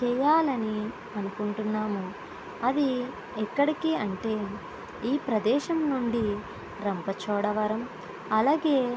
చేయాలని అనుకుంటున్నాము అది ఎక్కడికి అంటే ఈ ప్రదేశం నుండి రంప చోడవరం అలాగే